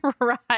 right